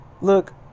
Look